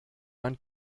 man